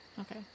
Okay